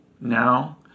now